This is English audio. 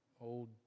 old